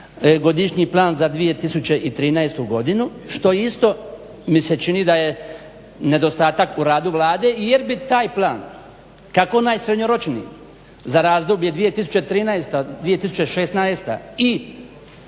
godišnji plan za 2013.godinu što isto mi se čini da je nedostatak u radu Vlade jer bi taj plan kako i onaj srednjoročni za razdoblje 2013.-2016.i